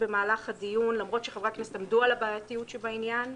במהלך הדיון למרות שחברי הכנסת עמדו על הבעייתיות שבעניין.